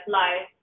life